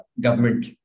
government